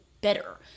better